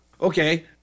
Okay